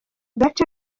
gace